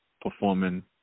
performing